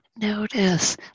Notice